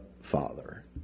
Father